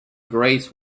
grace